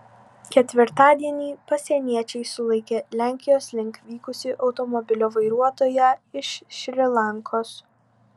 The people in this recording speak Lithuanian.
ketvirtadienį pasieniečiai sulaikė lenkijos link vykusį automobilio vairuotoją iš šri lankos